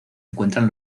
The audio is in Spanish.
encuentran